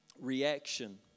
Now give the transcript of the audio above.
reaction